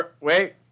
Wait